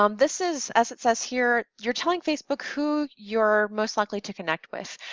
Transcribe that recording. um this is, as it says here, you're telling facebook who you're most likely to connect with.